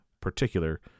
particular